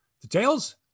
Details